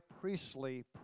priestly